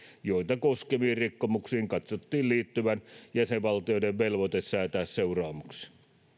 joita koskeviin rikkomuksiin katsottiin liittyvän jäsenvaltioiden velvoite säätää seuraamuksia